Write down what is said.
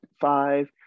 five